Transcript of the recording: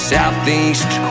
Southeast